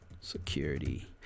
security